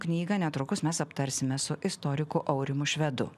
knygą netrukus mes aptarsime su istoriku aurimu švedu